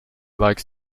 likes